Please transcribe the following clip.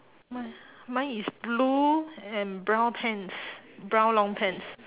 mine is blue and brown pants brown long pants